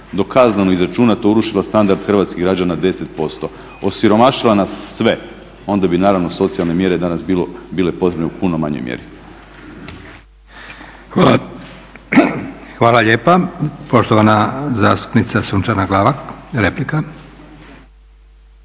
dokazano izračunato uništila standard hrvatskih građana 10%, osiromašila nas sve onda bi naravno socijalne mjere danas bile potrebne u punoj manjoj mjeri. **Leko, Josip (SDP)** Hvala lijepa. Poštovana zastupnica Sunčana Glavak, replika.